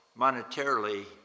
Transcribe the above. monetarily